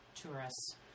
tourists